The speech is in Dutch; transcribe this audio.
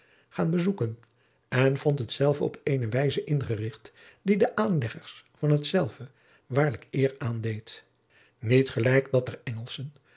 gaan bezoeken en vond hetzelve op eene wijze ingerigt die de aanleggers van hetzelve waarlijk eer aandeed niet gelijk dat der